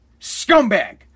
Scumbag